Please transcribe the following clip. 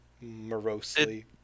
morosely